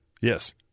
Yes